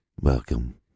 Welcome